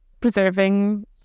preserving